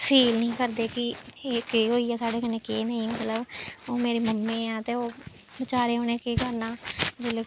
feel निं करदे कि एह् केह् होई गेआ साढ़े कन्नै केह् नेईं मतलब हून मेरी मम्मी ऐ ते ओह् बचारे उ'नें केह् करना जिल्लै